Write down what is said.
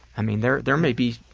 i mean, there there may be